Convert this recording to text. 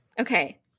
Okay